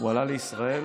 ככה כתוב בוויקיפדיה,